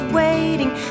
waiting